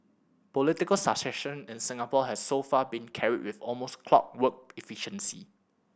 political succession in Singapore has so far been carried with almost clockwork efficiency